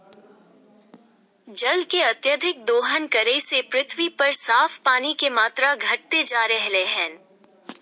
जल के अत्यधिक दोहन करे से पृथ्वी पर साफ पानी के मात्रा घटते जा रहलय हें